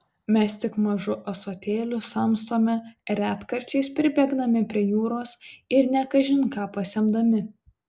mes tik mažu ąsotėliu samstome retkarčiais pribėgdami prie jūros ir ne kažin ką pasemdami